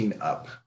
up